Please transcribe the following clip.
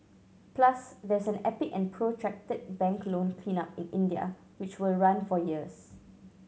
plus there's an epic and protracted bank loan cleanup in India which will run for years